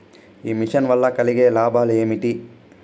ఈ మిషన్ వల్ల కలిగే లాభాలు ఏమిటి?